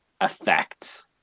effect